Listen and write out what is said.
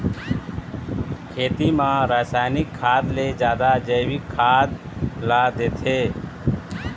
खेती म रसायनिक खाद ले जादा जैविक खाद ला देथे